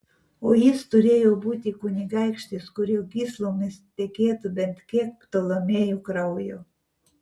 o jis turėjo būti kunigaikštis kurio gyslomis tekėtų bent kiek ptolemėjų kraujo